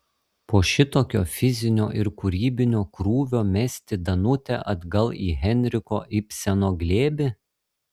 po šitokio fizinio ir kūrybinio krūvio mesti danutę atgal į henriko ibseno glėbį